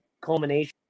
culmination